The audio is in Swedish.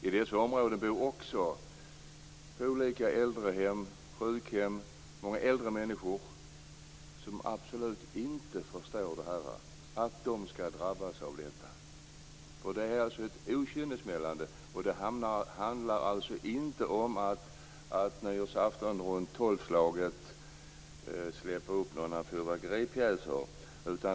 I dessa områden bor också äldre människor på äldrehem och sjukhem. De förstår absolut inte att de skall behöva drabbas av detta. Det är ett okynnessmällande. Det handlar inte om att runt tolvslaget på nyårsafton släppa upp några fyrverkeripjäser.